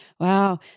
Wow